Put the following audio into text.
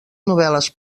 novel·les